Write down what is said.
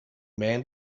man